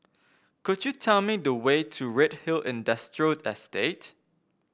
could you tell me the way to Redhill Industrial Estate